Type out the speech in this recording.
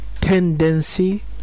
tendency